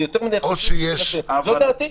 זו דעתי.